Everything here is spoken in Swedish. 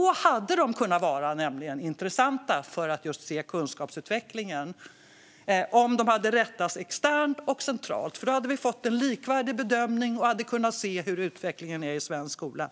Om de hade rättats externt och centralt hade de nämligen kunnat vara intressanta för att just se kunskapsutvecklingen, för då hade vi fått en likvärdig bedömning och hade kunnat se hur utvecklingen är i svensk skola.